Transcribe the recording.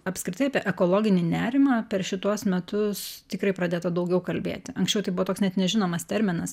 apskritai apie ekologinį nerimą per šituos metus tikrai pradėta daugiau kalbėti anksčiau tai buvo toks net nežinomas terminas